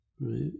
Right